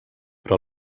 però